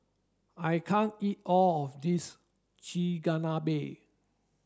I can't eat all of this Chigenabe